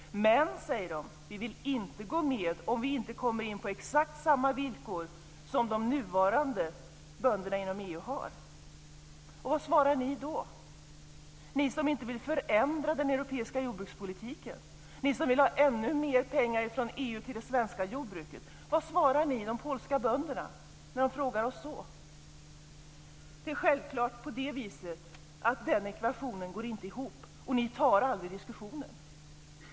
Men, säger de, vi vill inte gå med om vi inte kommer in på exakt samma villkor som de nuvarande bönderna inom EU har. Vad svarar ni då, ni som inte vill förändra den europeiska jordbrukspolitiken och vill ha ännu mer pengar från EU till det svenska jordbruket? Vad svarar ni de polska bönderna när de frågar oss så? Det är självklart på det viset att den ekvationen inte går ihop. Ni tar aldrig diskussionen.